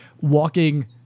walking